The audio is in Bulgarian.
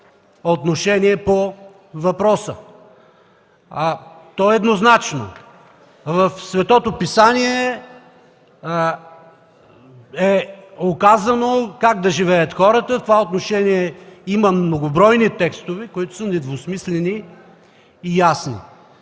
отношение по въпроса. То е еднозначно. В Светото писание е указано как да живеят хората. В това отношение има многобройни текстове, които са недвусмислени и ясни.